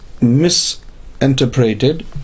misinterpreted